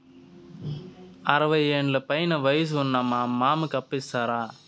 అరవయ్యేండ్ల పైన వయసు ఉన్న మా మామకి అప్పు ఇస్తారా